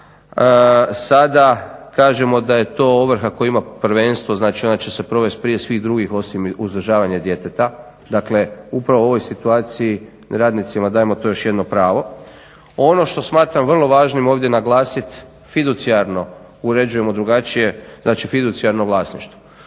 Sada kažemo da je to ovrha koja ima prvenstvo. Znači, ona će se provesti prije svih drugih osim uzdržavanje djeteta. Dakle, upravo u ovoj situaciji radnicima dajemo to još jedno pravo. Ono što smatram vrlo važnim ovdje naglasiti fiducijarno uređujemo drugačije, znači fiducijarno vlasništvo.